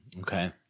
okay